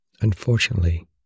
Unfortunately